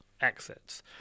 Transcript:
exits